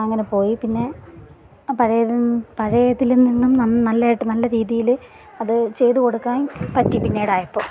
അങ്ങനെ പോയി പിന്നെ അ പഴയതിൽ നിന്ന് പഴയതിൽ നിന്നും നന്ന് നല്ലതായിട്ട് നല്ല രീതിയിൽ അത് ചെയ്ത് കൊടുക്കാൻ പറ്റി പിന്നീടായപ്പോൾ